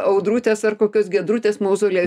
audrutės ar kokios giedrutės mauzoliejus